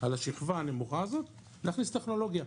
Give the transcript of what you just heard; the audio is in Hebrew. על השכבה הנמוכה הזאת ולהכניס טכנולוגיה.